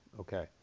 okay